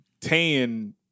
tan